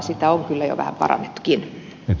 sitä on kyllä jo vähän parannettukin